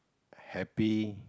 happy